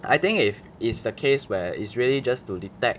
I think if is the case where it's really just to detect